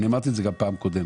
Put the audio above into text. אמרתי את זה גם בדיון הקודם.